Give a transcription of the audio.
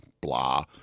blah